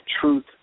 Truth